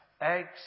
eggs